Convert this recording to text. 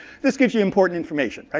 this gives you important information.